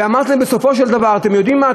אמרתי להם: בסופו של דבר, אתם יודעים מה?